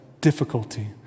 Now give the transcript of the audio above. difficulty